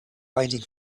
waiting